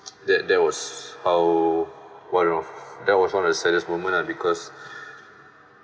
that that was how one of that was one of the saddest moment lah because